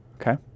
Okay